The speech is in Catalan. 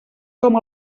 com